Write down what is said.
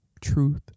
truth